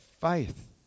faith